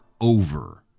over